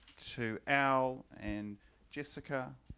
to al and jessica,